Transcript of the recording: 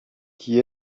qui